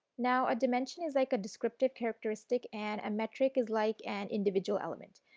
now a dimension is like a descriptive characteristic and a metric is like an individual element.